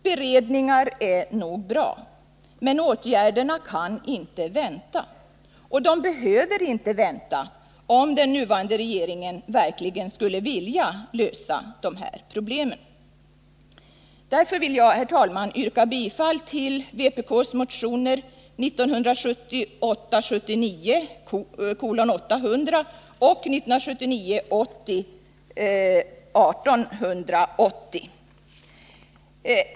Beredningar är nog bra, men man kan inte vänta med åtgärderna, och det är inte heller nödvändigt om den nuvarande regeringen verkligen vill lösa problemen. Herr talman! Jag yrkar därför bifall till vpk:s motioner 1978 80:1880.